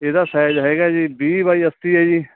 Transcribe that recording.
ਇਹਦਾ ਸਾਈਜ਼ ਹੈਗਾ ਜੀ ਵੀਹ ਬਾਈ ਅੱਸੀ ਹੈ ਜੀ